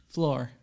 Floor